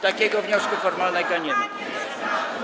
Takiego wniosku formalnego nie ma.